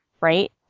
right